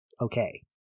okay